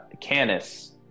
Canis